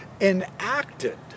enacted